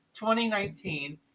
2019